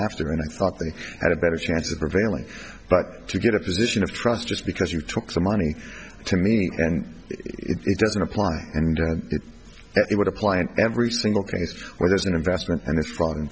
after and i thought they had a better chance of prevailing but to get a position of trust just because you took some money to me and it doesn't apply and it would apply in every single case where there's an investment and it's f